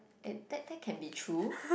it that that can be true